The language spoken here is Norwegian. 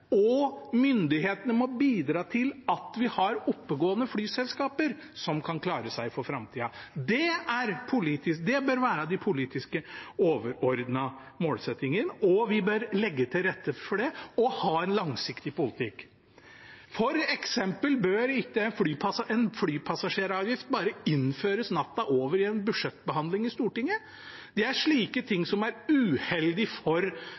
og myndighetene må bidra til at vi har oppegående flyselskaper som kan klare seg i framtida. Det bør være den politiske og overordnede målsettingen. Vi bør legge til rette for det og ha en langsiktig politikk. For eksempel bør ikke en flypassasjeravgift bare innføres over natta i en budsjettbehandling i Stortinget. Det er slike ting som er uheldig for